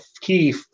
key